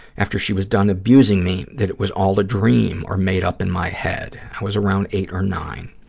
after she was done abusing me, that it was all a dream or made up in my head. i was around eight or nine.